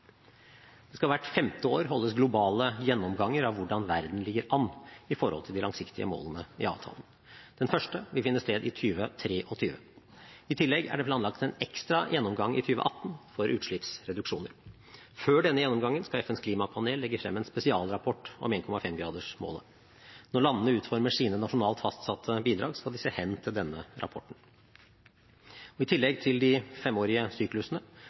Det skal hvert femte år holdes globale gjennomganger av hvordan verden ligger an i forhold til de langsiktige målene i avtalen. Den første vil finne sted i 2023. I tillegg er det planlagt en ekstra gjennomgang i 2018 for utslippsreduksjoner. Før denne gjennomgangen skal FNs klimapanel legge frem en spesialrapport om 1,5-gradersmålet. Når landene utformer sine nasjonalt fastsatte bidrag, skal de se hen til denne rapporten. I tillegg til de femårige